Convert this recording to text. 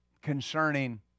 concerning